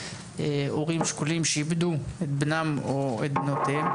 הורים שכולים שאיבדו את בנם או את בנותיהם.